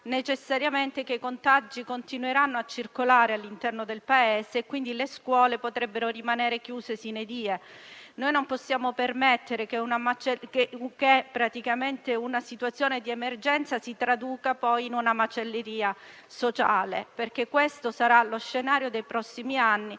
necessariamente che i contagi continueranno a circolare all'interno del Paese e quindi le scuole potrebbero rimanere chiuse *sine die*. Noi non possiamo permettere che una situazione di emergenza si traduca poi in macelleria sociale, perché questo sarà lo scenario dei prossimi anni